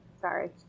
Sorry